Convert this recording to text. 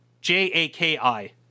J-A-K-I